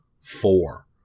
four